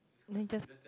then just